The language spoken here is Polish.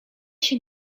się